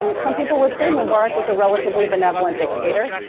um some people would say mubarak was a relatively benevolent dictator.